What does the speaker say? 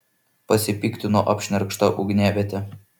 pasipiktino apšnerkšta ugniaviete